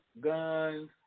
guns